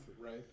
right